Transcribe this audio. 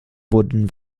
wurden